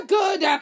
good